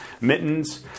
mittens